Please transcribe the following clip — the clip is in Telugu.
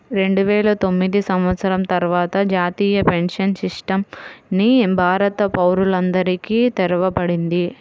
రెండువేల తొమ్మిది సంవత్సరం తర్వాత జాతీయ పెన్షన్ సిస్టమ్ ని భారత పౌరులందరికీ తెరవబడింది